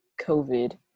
covid